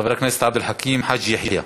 חבר הכנסת עבד אל חכים חאג' יחיא.